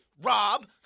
Rob